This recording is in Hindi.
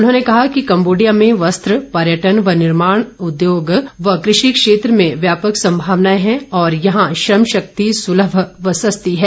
उन्होंने कहा कि कंबोडिया में वस्त्र पर्यटन व निर्माण उद्योग व कृषि क्षेत्र में व्यापक संभावनाएं हैं और यहां श्रम शक्ति सुलभ व सस्ती है